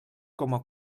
coma